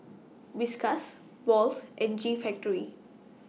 Whiskas Wall's and G Factory